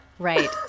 Right